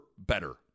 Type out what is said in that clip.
better